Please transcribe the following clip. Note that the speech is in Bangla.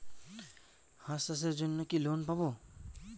হাঁস চাষের জন্য কি লোন পাব?